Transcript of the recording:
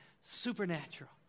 Supernatural